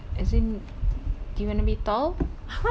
we never know if if the cancer is dominant